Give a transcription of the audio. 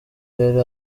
yari